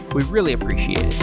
we really appreciate